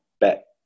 Bet